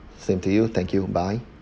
same to you thank you bye